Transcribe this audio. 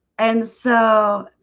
and so